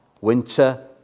winter